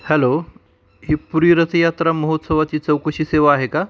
hello ही पुरी रथयात्रा महोत्सवाची चौकशी सेवा आहे का